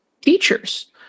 teachers